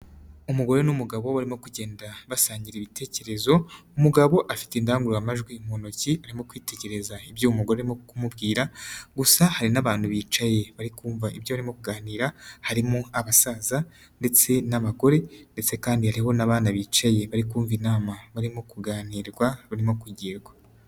Umugore n'umugabo barimo kugenda basangira ibitekerezo, umugabo afite indangururamajwi mu ntoki arimo kwitegereza ibyo umugore arimo kumubwira gusa hari n'abantu bicaye bari kumvamva ibyo barimo kuganira harimo abasaza ndetse n'abagore ndetse kandi hariho n'abana bicaye bari kumva inama barimo kuganirwa barimo kugirwa.